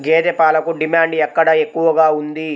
గేదె పాలకు డిమాండ్ ఎక్కడ ఎక్కువగా ఉంది?